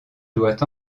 doit